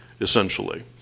essentially